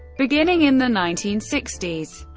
beginning in the nineteen sixty s,